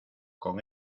con